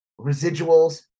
residuals